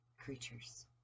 creatures